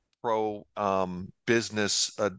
pro-business